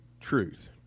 truth